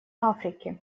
африки